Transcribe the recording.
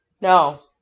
No